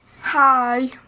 hi